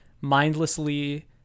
mindlessly